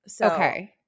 Okay